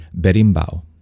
berimbau